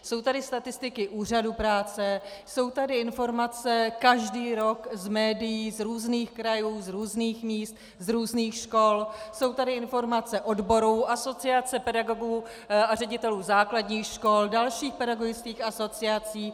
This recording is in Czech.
Jsou tady statistiky Úřadu práce, jsou tady informace každý rok z médií, z různých krajů, z různých míst, z různých škol, jsou tady informace odborů, Asociace pedagogů a ředitelů základních škol, dalších pedagogických asociací.